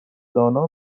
دانا